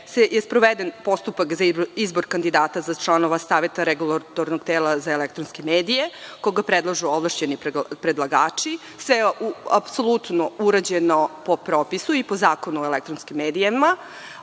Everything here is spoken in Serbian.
Srbije, sproveden je postupak za izbor kandidata za članove Saveta Regulatornog tela za elektronske medije, koga predlažu ovlašćeni predlagači. Sve je apsolutno urađeno po propisu i po Zakonu o elektronskim medijima.